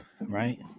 right